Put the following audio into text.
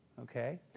okay